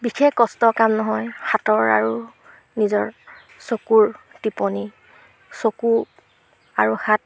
বিশেষ কষ্টৰ কাম নহয় হাতৰ আৰু নিজৰ চকুৰ টিপনি চকু আৰু হাত